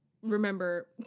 remember